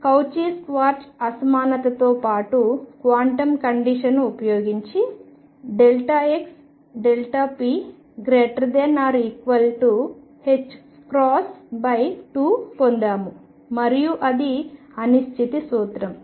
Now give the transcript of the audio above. Cauchy Schwarz అసమానతతో పాటు quantum కండిషన్ను ఉపయోగించి xp≥2 పొందాము మరియు అది అనిశ్చితి సూత్రం